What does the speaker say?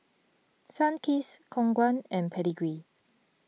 Sunkist Khong Guan and Pedigree